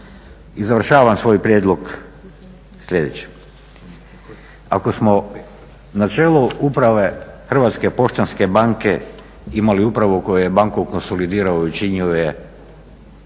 I završavam svoj prijedlog sljedećim, ako smo na čelo Uprave Hrvatske poštanske banke imali upravo tko je banku konsolidirao i učinio je